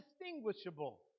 indistinguishable